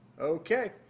Okay